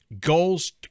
goals